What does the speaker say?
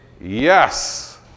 yes